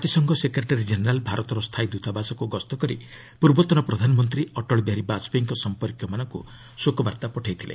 ଜାତିସଂଘ secretary general ଭାରତର ସ୍ଥାୟୀ ଦୂତାବାସକୁ ଗସ୍ତ କରି ପୂର୍ବତନ ପ୍ରଧାନମନ୍ତ୍ରୀ ଅଟଳ ବିହାରୀ ବାଜପେୟୀଙ୍କ ସମ୍ପର୍କୀୟମାନଙ୍କୁ ଶୋକବାର୍ତ୍ତା ପଠାଇଥିଲେ